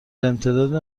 امتداد